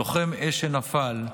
לוחם אש שנפל,